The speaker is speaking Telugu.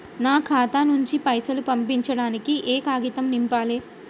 నా ఖాతా నుంచి పైసలు పంపించడానికి ఏ కాగితం నింపాలే?